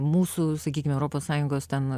mūsų sakykime europos sąjungos ten